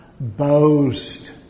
Boast